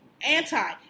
Anti